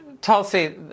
Tulsi